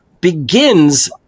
begins